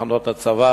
מחנות הצבא,